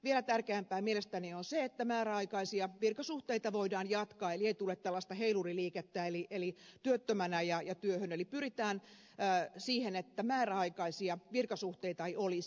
vielä tärkeämpää mielestäni on se että määräaikaisia virkasuhteita voidaan jatkaa eli ei tule tällaista heiluriliikettä eli työttömänä ja työhön eli pyritään siihen että määräaikaisia virkasuhteita ei olisi